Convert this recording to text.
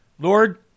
Lord